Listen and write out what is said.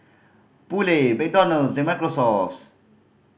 Poulet McDonald's and Microsoft